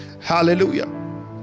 Hallelujah